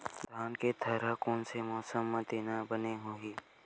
धान के थरहा कोन से मौसम म देना बने होही?